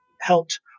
helped